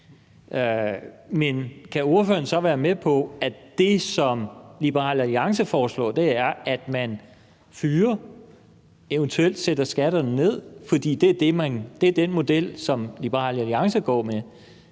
Men kan ordføreren så være med på, at det, som Liberal Alliance foreslår, er, at man fyrer folk og eventuelt sætter skatterne ned? For det er den model, som Liberal Alliance går med.